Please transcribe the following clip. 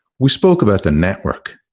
we spoke about the network,